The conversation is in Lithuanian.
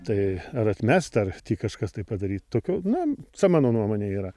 tai ar atmest ar tį kažkas tai padaryt tokio na cia mano nuomone yra